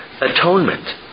atonement